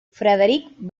frederic